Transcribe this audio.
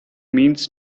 means